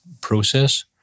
process